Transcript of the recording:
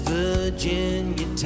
Virginia